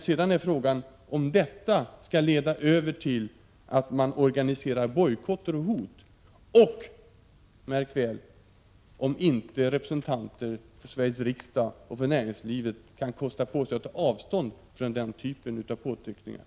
Sedan är frågan om detta skall leda över till att man organiserar bojkotter och hot och — märk väl — om inte representanter för Sveriges riksdag och för näringslivet kan kosta på sig att ta avstånd från den typen av påtryckningar.